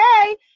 Okay